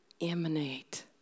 emanate